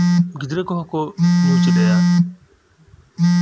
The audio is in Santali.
ᱜᱤᱫᱽᱨᱟᱹ ᱠᱚᱦᱚᱸ ᱠᱚ ᱧᱩ ᱪᱮᱫ ᱮᱫᱼᱟ